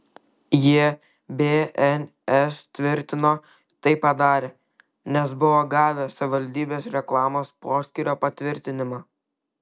jie bns tvirtino tai padarę nes buvo gavę savivaldybės reklamos poskyrio patvirtinimą